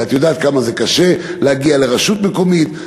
ואת יודעת כמה זה קשה להגיע לרשות מקומית.